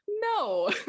no